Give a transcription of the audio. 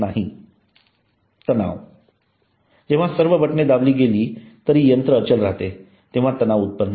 तणाव जेंव्हा सर्व बटणे दाबली गेली तरी यंत्र अचल राहते तेव्हा तणाव उत्पन्न होतो